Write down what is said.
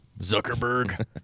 Zuckerberg